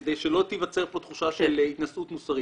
כדי שלא תיווצר פה תחושה של התנשאות מוסרית.